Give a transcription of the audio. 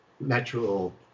natural